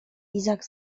izaak